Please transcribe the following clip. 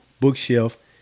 bookshelf